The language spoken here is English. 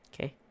Okay